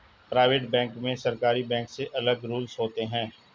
private bank में सरकारी bank से अलग रूल्स होते है